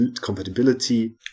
compatibility